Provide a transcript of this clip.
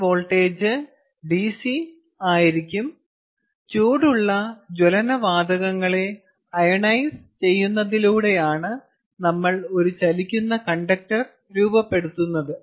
ഈ voltage DC ആയിരിക്കും ചൂടുള്ള ജ്വലന വാതകങ്ങളെ അയോണൈസ് ചെയ്യുന്നതിലൂടെയാണ് നമ്മൾ ഒരു ചലിക്കുന്ന കണ്ടക്ടർ രൂപപ്പെടുത്തുന്നത്